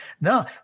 no